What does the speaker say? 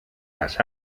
las